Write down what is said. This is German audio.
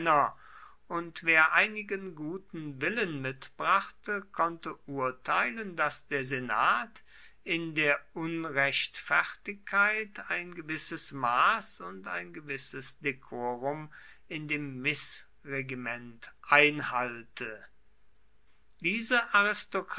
und wer einigen guten willen mitbrachte konnte urteilen daß der senat in der unrechtfertigkeit ein gewisses maß und ein gewisses dekorum in dem mißregiment einhalte diese